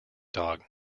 dog